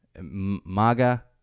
MAGA